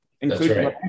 including